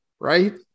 right